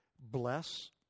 bless